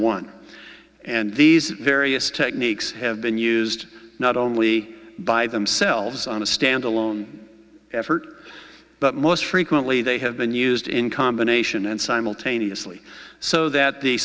one and these various techniques have been used not only by themselves on a standalone effort but most frequently they have been used in combination and simultaneously so that the